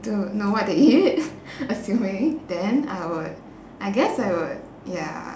to know what they eat assuming then I would I guess I would ya